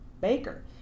Baker